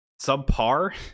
subpar